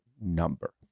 number